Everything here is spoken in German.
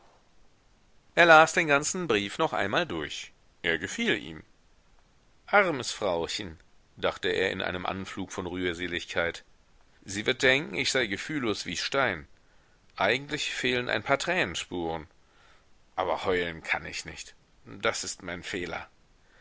er las den ganzen brief noch einmal durch er gefiel ihm armes frauchen dachte er in einem anflug von rührseligkeit sie wird denken ich sei gefühllos wie stein eigentlich fehlen ein paar tränenspuren aber heulen kann ich nicht das ist mein fehler